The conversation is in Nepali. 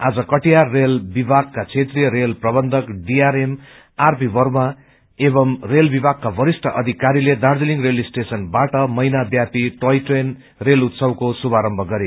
आज कटिहार रेल विभागका क्षेत्रीय रेल प्रबन्धक डीआरएम आरपी वर्मा एवं रेल विभागका वरिष्ठ अधिकारीले दार्जीलिङ रेल स्टेशनबाट महीनाव्यापी टोय ट्रेन रेल उत्सवको शुभारम्म गरे